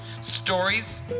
stories